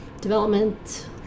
development